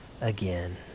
again